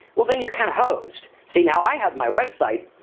well, then you're kinda hosed. see, now, i have my website,